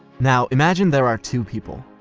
now imagine there are two people,